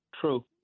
True